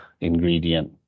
ingredient